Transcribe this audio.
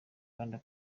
kanda